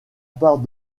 part